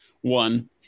One